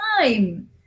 time